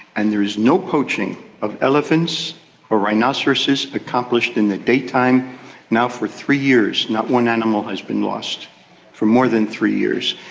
and there is no poaching of elephants or rhinoceroses accomplished in the daytime now for three years, not one animal has been lost for more than three years,